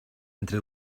entre